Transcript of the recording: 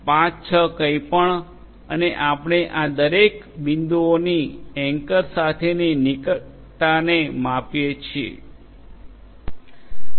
5 6 કંઈપણ અને આપણે આ દરેક બિંદુઓની એન્કર સાથેની નિકટતાને માપીએ છીએ